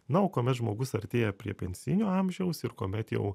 na o kuomet žmogus artėja prie pensijinio amžiaus ir kuomet jau